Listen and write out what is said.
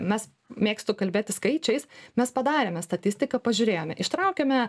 mes mėgstu kalbėti skaičiais mes padarėme statistiką pažiūrėjome ištraukėme